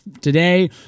today